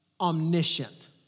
omniscient